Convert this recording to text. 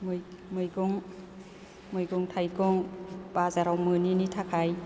मैगं मैगं थाइगं बाजाराव मोनिनि थाखाय